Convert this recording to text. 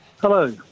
Hello